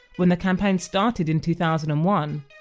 when the campaign started in two thousand and one,